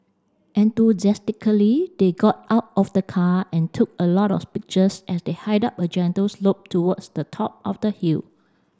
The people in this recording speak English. enthusiastically they got out of the car and took a lot of pictures as they hiked up a gentle slope towards the top of the hill